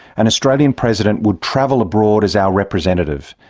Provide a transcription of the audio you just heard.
an australian president would travel abroad as our representative,